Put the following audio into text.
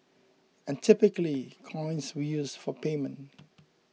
and typically coins were used for payment